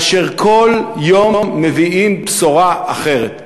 כאשר כל יום מביאים בשורה אחרת.